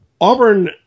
Auburn